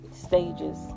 stages